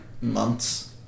months